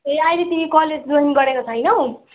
ए अहिले तिमी college join गरेको छैनौँ